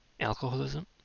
Alcoholism